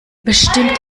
bestimmt